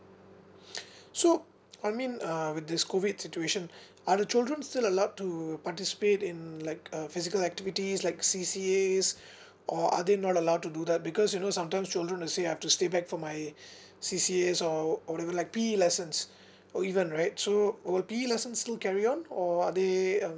so I mean uh with this COVID situation are the children still allowed to participate in like uh physical activities like C_C_As or are they not allowed to do that because you know sometimes children will say I've to stay back for my C_C_As or or whatever like P_E lessons or even right so will P_E lessons still carry on or are they uh